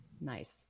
Nice